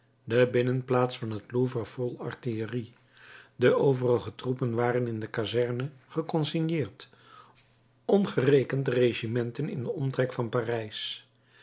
de binnenplaats van het louvre vol artillerie de overige troepen waren in de kazernen geconsigneerd ongerekend de regimenten in den omtrek van parijs